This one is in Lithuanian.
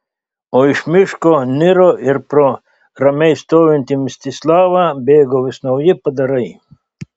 o iš miško niro ir pro ramiai stovintį mstislavą bėgo vis nauji padarai